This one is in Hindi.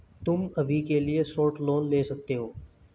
तुम अभी के लिए शॉर्ट लोन ले सकते हो